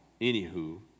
anywho